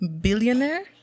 billionaire